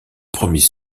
premiers